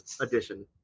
edition